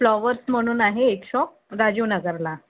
flowers म्हणून आहे एक शॉप राजीवनगरला